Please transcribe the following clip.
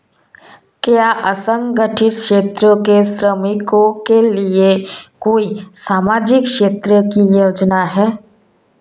क्या असंगठित क्षेत्र के श्रमिकों के लिए कोई सामाजिक क्षेत्र की योजना है?